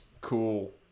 Cool